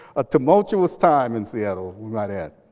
a tumultuous time in seattle we might add.